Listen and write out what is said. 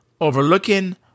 overlooking